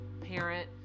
parent